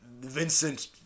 Vincent